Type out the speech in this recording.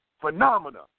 phenomena